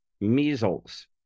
measles